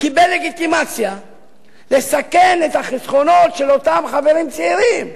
קיבל לגיטימציה לסכן את החסכונות של אותם חברים צעירים.